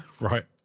right